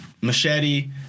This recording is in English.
machete